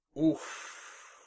Oof